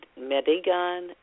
Medigan